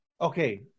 okay